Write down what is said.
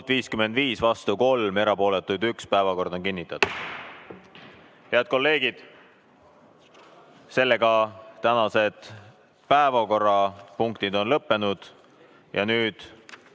55, vastu 3 ja erapooletuid 1. Päevakord on kinnitatud. Head kolleegid, tänased päevakorrapunktid on lõppenud. Nüüd